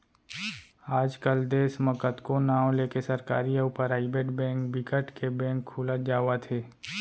आज कल देस म कतको नांव लेके सरकारी अउ पराइबेट बेंक बिकट के बेंक खुलत जावत हे